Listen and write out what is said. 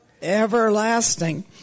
everlasting